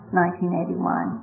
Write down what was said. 1981